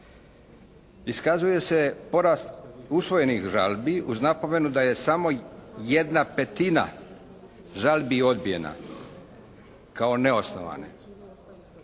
Iskazuje se porast usvojenih žalbi uz napomenu da je samo jedna petina žalbi odbijena kao neosnovane